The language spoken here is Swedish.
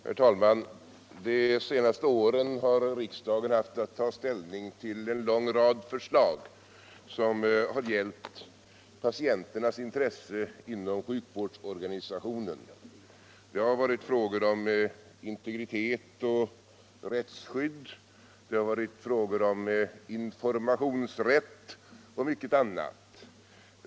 Herr talman! De senaste åren har riksdagen haft att ta ställning till en lång rad förslag som har gällt patienternas intressen inom sjukvårdsorganisationen. Det har varit frågor om integritet och rättsskydd. Det har varit frågor om informationsrätt och mycket annat.